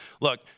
look